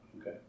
okay